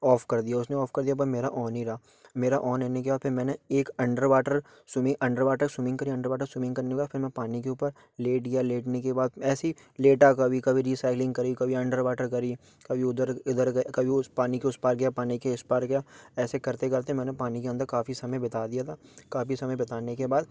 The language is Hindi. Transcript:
ऑफ कर दिया उसने ऑफ कर दिया पर मेरा ऑन ही रहा मेरा ऑन रहने के बाद फिर मैंने एक अंडरवाटर स्विमिंग अंडरवाटर स्विमिंग करी अंडरवाटर स्विमिंग करने के बाद फिर मैं पानी के ऊपर लेट गया लेटने के बाद ऐसे ही लेटा कभी कभी रिसाइकलिंग करी कभी अंडरवाटर करी कभी उधर इधर कभी उस पानी के उस पार गया पानी के उस पार गया ऐसे करते करते मैंने पानी के अंदर काफी समय बिता दिया था काफी समय बिताने के बाद